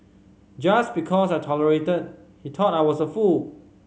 just because I tolerated he thought I was a fool